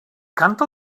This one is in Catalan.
canta